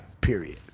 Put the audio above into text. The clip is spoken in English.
Period